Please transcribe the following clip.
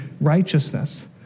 righteousness